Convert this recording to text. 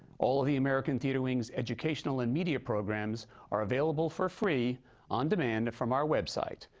all the american theatre wing's educational and media programs are available for free on demand from our website,